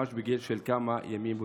ממש בגיל של כמה ימים.